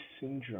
syndrome